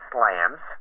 Slams